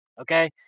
okay